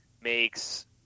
makes –